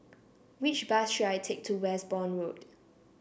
which bus should I take to Westbourne Road